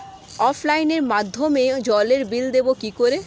অফলাইনে মাধ্যমেই জলের বিল দেবো কি করে?